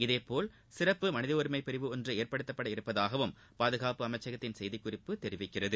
இதேபோல் சிறப்பு மனித உரிமை பிரிவு ஒன்று ஏற்படுத்தப்பட உள்ளதாக பாதுகாப்பு அமைச்சத்தின் செய்திக்குறிப்பு தெரிவிக்கிறது